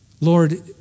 Lord